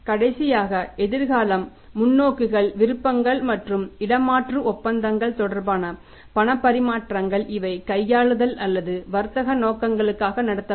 கடைசியாக எதிர்காலம் முன்னோக்குகள் விருப்பங்கள் மற்றும் இடமாற்று ஒப்பந்தங்கள் தொடர்பான பணப்பரிமாற்றங்கள் இவை கையாளுதல் அல்லது வர்த்தக நோக்கங்களுக்காக நடத்தப்படும்